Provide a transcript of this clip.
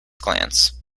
glance